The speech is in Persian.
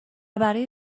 برای